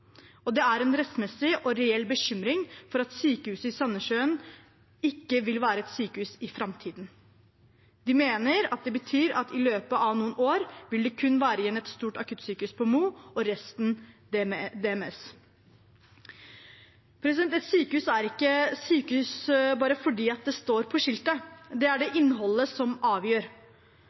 på. Det er en rettmessig og reell bekymring for at sykehuset i Sandnessjøen ikke vil være et sykehus i framtiden. De mener det betyr at i løpet av noen år vil det kun være igjen et stort akuttsykehus på Mo, og resten vil være DMS. Et sykehus er ikke et sykehus bare fordi det står på skiltet. Det er det innholdet som avgjør.